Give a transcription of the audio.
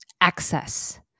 access